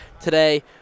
today